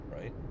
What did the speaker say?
right